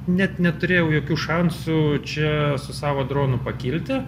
net neturėjau jokių šansų čia su savo dronu pakilti